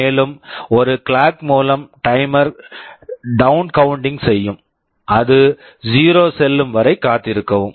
மேலும் ஒரு clock clock மூலம் timer timer down counting down counting செய்யும் அது 0 செல்லும் வரை காத்திருக்கவும்